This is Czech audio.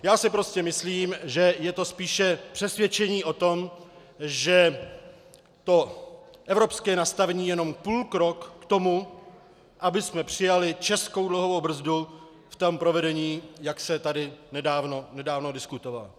Já si prostě myslím, že je to spíše přesvědčení o tom, že to evropské nastavení je jenom půlkrok k tomu, abychom přijali českou dluhovou brzdu v tom provedení, jak se tady nedávno diskutovalo.